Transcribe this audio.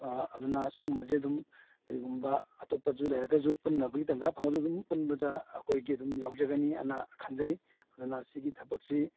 ꯑꯗꯨꯅ ꯁꯨꯒꯨꯝꯕꯁꯦ ꯑꯗꯨꯝ ꯀꯔꯤꯒꯨꯝꯕ ꯑꯇꯣꯞꯄꯁꯨ ꯂꯩꯔꯒꯁꯨ ꯄꯨꯟꯅꯕꯒꯤ ꯇꯥꯟꯖꯥ ꯐꯪꯉꯒꯁꯨ ꯑꯗꯨꯝ ꯄꯨꯟꯕꯗ ꯑꯩꯈꯣꯏꯒꯤ ꯑꯗꯨꯝ ꯌꯥꯎꯖꯒꯅꯤꯑꯅ ꯈꯟꯖꯩ ꯑꯗꯨꯅ ꯁꯤꯒꯤ ꯊꯕꯛꯁꯤ